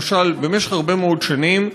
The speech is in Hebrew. למשל, במשך הרבה מאוד שנים,